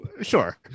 sure